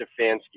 Stefanski